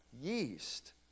yeast